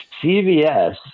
CVS